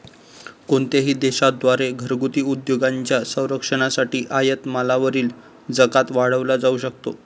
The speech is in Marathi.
कोणत्याही देशा द्वारे घरगुती उद्योगांच्या संरक्षणासाठी आयात मालावरील जकात वाढवला जाऊ शकतो